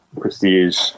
prestige